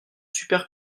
super